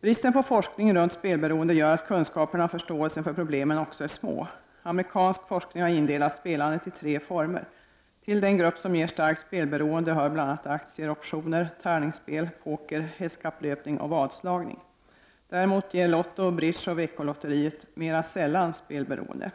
Bristen på forskning om spelberoende gör att kunskaperna och förståelsen för problemen också är små. Amerikansk forskning har indelat spelandet i tre former. Till den grupp som ger starkt spelberoende hör bl.a. aktier, optioner, tärningsspel, poker, hästkapplöpning och vadslagning. Däremot ger Lotto, bridge och veckolotteriet mera sällan spelberoende.